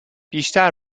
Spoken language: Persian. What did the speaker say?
بیشتر